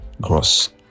gross